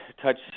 touch